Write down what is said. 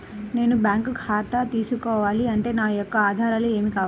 నేను బ్యాంకులో ఖాతా తీసుకోవాలి అంటే నా యొక్క ఆధారాలు ఏమి కావాలి?